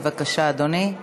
בבקשה, אדוני.